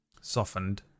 softened